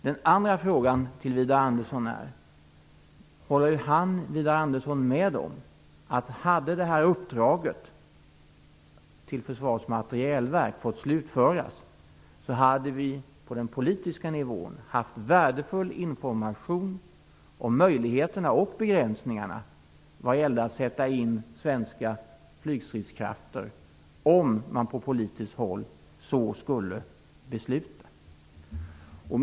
Den andra frågan är följande: Håller Widar Andersson med om att vi på den politiska nivån hade haft värdefull information om möjligheterna och begränsningarna vad gällde att sätta in svenska flygstridskrafter om man på politiskt håll så skulle besluta, om uppdraget till Försvarets materielverk hade fått slutföras?